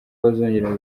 bazongera